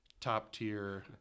top-tier